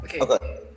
okay